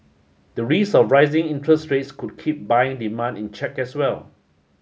the risk of rising interest rates could keep buying demand in check as well